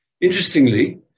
Interestingly